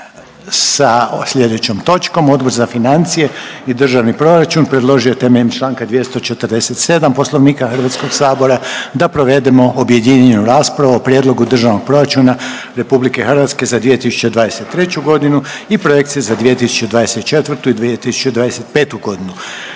sa sljedećom točkom. Odbor za financije i državni proračun predložio je temeljem čl. 247 Poslovnika HS-a da provedemo objedinjenu raspravu o: - Prijedlog Državnog proračuna Republike Hrvatske za 2023. godinu i projekcija za 2024. i 2025. godinu